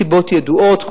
מסיבות ידועות,